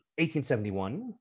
1871